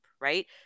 right